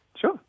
Sure